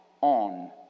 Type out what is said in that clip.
on